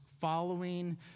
following